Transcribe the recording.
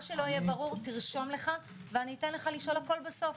מה שלא יהיה ברור, תרשום ואתן לך לשאול הכול בסוף.